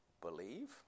believe